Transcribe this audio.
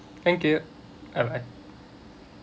thank you um I